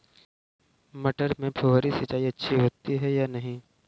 मटर में फुहरी सिंचाई अच्छी होती है या नहीं?